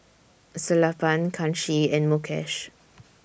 Sellapan Kanshi and Mukesh